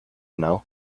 know